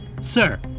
Sir